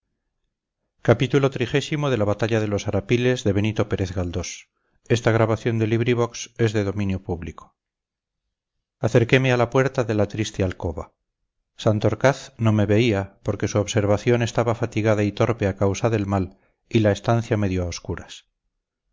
acerqueme a la puerta de la triste alcoba santorcaz no me veía porque su observación estaba fatigada y torpe a causa del mal y la estancia medio a oscuras